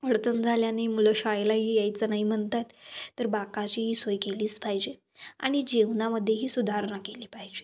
अडचण झाल्याने मुलं शाळेलाही यायचं नाही म्हणतात तर बाकाची ही सोय केलीच पाहिजे आणि जेवणामध्येही सुधारणा केली पाहिजे